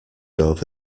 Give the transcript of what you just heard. over